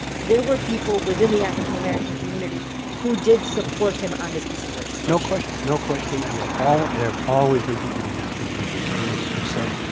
there were people within the african american community who did support him on this piece of legislation no question. no question. they were all there have always been people in the african american community who've said,